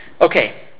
Okay